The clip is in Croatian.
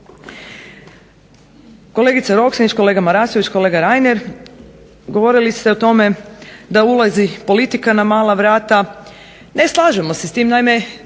Kolegice Roksandić, kolega Marasović, kolega Reiner govorili ste o tome da ulazi politika na mala vrata, ne slažemo se s tim. Naime,